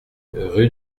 rue